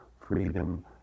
freedom